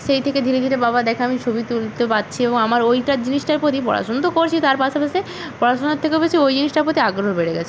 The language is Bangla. সেই থেকে ধীরে ধীরে বাবা দেখে আমি ছবি তুলতে পারছি এবং আমার ওইটা জিনিসটার প্রতি পড়াশুনো তো করছি তার পাশে পাশে পড়াশোনার থেকেও বেশি ওই জিনিসটার প্রতি আগ্রহ বেড়ে গেছে